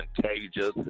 contagious